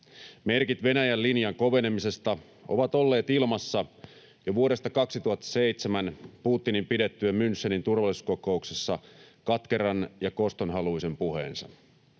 Merkit Venäjän linjan kovenemisesta ovat olleet ilmassa jo vuodesta 2007 Putinin pidettyä Münchenin turvallisuuskokouksessa katkeran ja kostonhaluisen puheensa.